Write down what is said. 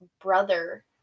brother